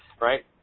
right